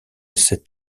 sept